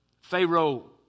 Pharaoh